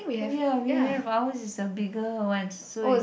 oh ya we have ours is the bigger one so if